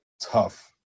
tough